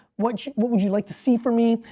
what yeah what would you like to see from me,